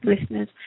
listeners